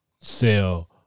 sell